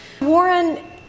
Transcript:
Warren